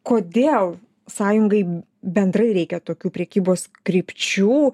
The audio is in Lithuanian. kodėl sąjungai bendrai reikia tokių prekybos krypčių